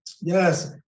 Yes